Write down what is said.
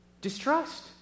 Distrust